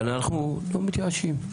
אבל אנחנו לא מתייאשים,